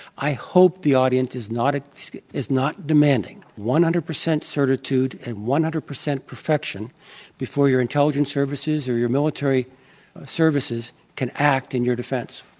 i hope the audience is not ah is not demanding one hundred percent certitude and one hundred percent perfection before your intelligence services or your military services can act in your defense.